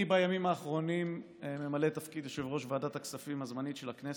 אני בימים האחרונים ממלא תפקיד יושב-ראש ועדת הכספים של הכנסת,